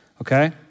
okay